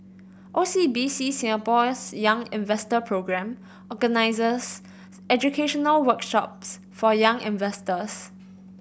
O C B C Singapore's Young Investor Programme organizes educational workshops for young investors